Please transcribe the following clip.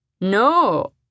No